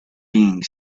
being